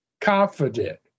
confident